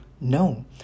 no